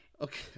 Okay